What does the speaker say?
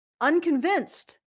unconvinced